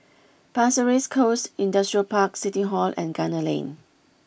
Pasir Ris Coast Industrial Park City Hall and Gunner Lane